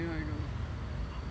I know I know